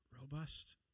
robust